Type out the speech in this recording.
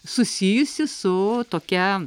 susijusi su tokia